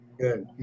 Good